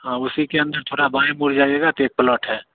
हाँ उसी के अंदर थोड़ा बाएँ मुड़ जाइएगा तो एक प्लॉट है